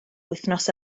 wythnos